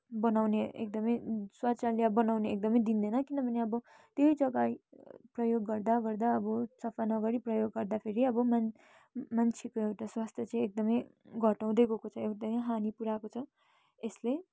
बनाउने एकदमै शौचालय बनाउने एकदमै दिँदैन किनभने अब त्यही जग्गै प्रयोग गर्दा गर्दा अब सफा नगरी प्रयोग गर्दाखेरी अब मान् मान्छेको एउटा स्वास्थ्य चाहिँ एकदमै घटाउँदै गएको छ एकदमै हानी पऱ्याएको छ यसले